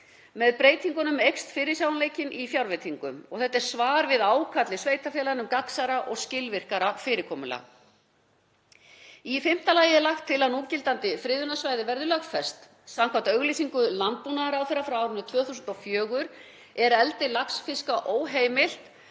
Með breytingunum eykst fyrirsjáanleiki í fjárveitingum. Þetta er svar við ákalli sveitarfélaganna um gagnsærra og skilvirkara fyrirkomulag. Í fimmta lagi er lagt til að núgildandi friðunarsvæði verði lögfest. Samkvæmt auglýsingu landbúnaðarráðherra frá árinu 2004 er eldi laxfiska óheimilt